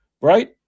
right